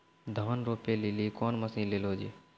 धान रोपे लिली कौन मसीन ले लो जी?